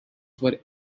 were